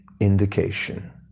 indication